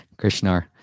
Krishnar